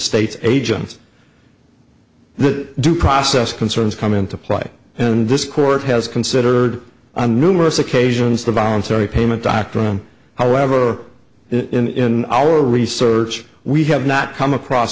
state agency the due process concerns come into play and this court has considered on numerous occasions the voluntary payment doctrine however in our research we have not come across